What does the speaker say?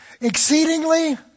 exceedingly